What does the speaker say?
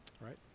Right